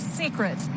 secret